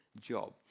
job